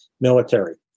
military